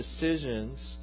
decisions